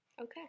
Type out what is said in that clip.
Okay